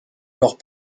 leurs